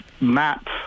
map